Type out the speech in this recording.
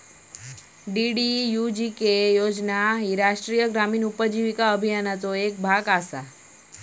DDUGK योजना ह्या राष्ट्रीय ग्रामीण उपजीविका अभियानाचो येक भाग असा